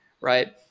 right